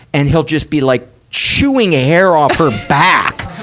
and he'll just be like chewing hair off her back.